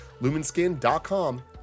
Lumenskin.com